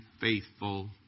faithful